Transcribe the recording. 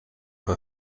her